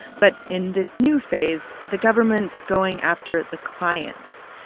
but in this new phase, the government's going after the clients,